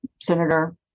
Senator